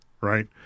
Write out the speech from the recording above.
right